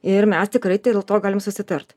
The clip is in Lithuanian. ir mes tikrai dėl to galim susitart